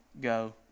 go